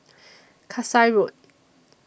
Kasai Road